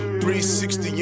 360